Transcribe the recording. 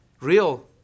real